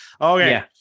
Okay